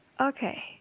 Okay